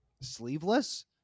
sleeveless